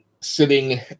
sitting